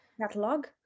catalog